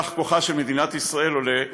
כך כוחה של מדינת ישראל עולה,